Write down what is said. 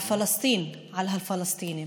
על פלסטין, על הפלסטינים,